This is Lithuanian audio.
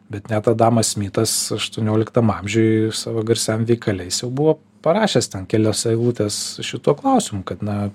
bet net adamas smitas aštuonioliktam amžiuj savo garsiam veikale jis jau buvo parašęs ten kelias eilutes šituo klausimu kad na